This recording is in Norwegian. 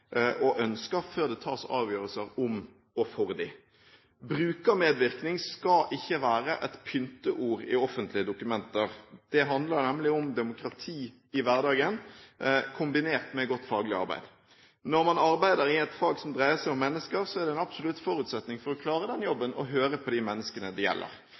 og ønsker før det tas avgjørelser om dem og for dem. «Brukermedvirkning» skal ikke være et pynteord i offentlige dokumenter. Det handler nemlig om demokrati i hverdagen, kombinert med godt faglig arbeid. Når man arbeider i et fag som dreier seg om mennesker, er det en absolutt forutsetning for å klare den jobben å høre på de menneskene det gjelder.